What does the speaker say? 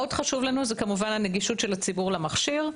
עוד חשוב לנו: זה כמובן הנגישות של הציבור למכשיר,